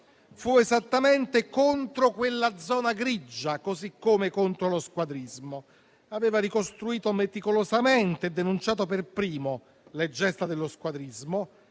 fu esattamente contro quella zona grigia, così come contro lo squadrismo. Aveva ricostruito meticolosamente e denunciato per primo le gesta dello squadrismo,